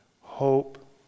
Hope